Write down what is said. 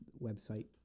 Website